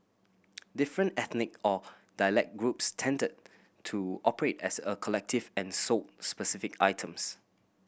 different ethnic or dialect groups tended to operate as a collective and sold specific items